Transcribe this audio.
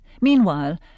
Meanwhile